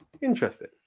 interesting